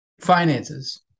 finances